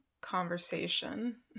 conversation